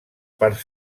parts